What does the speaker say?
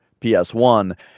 PS1